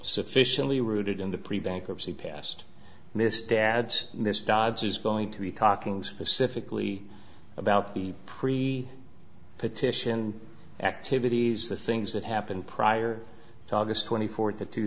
sufficiently rooted in the pre bankruptcy past this dad's this dives is going to be talking specifically about the pre petition activities the things that happened prior to august twenty fourth of two